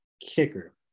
kicker